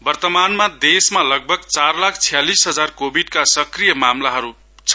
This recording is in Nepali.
वर्तमानमा देशमा लगभग चार लाख छ्यालिस हजार कोविडका सक्रिय मामलाहरु छ